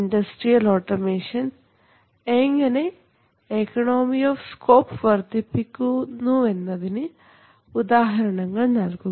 industrial automation എങ്ങനെ economy of scope വർധിപ്പിക്കുന്നുവെന്നതിന് ഉദാഹരണങ്ങൾ നൽകുക